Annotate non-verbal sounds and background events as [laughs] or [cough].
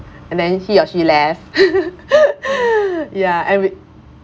and then he or she left [laughs] ya and we